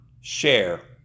share